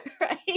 right